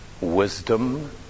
Wisdom